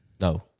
No